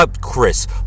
Chris